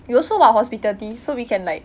you also lah hospitality so we can like